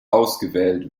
ausgewählt